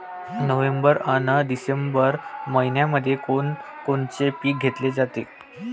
November अन December मइन्यामंधी कोण कोनचं पीक घेतलं जाते?